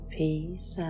peace